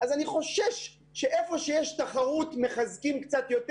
אז אני חושש שאיפה שיש תחרות מחזקים קצת יותר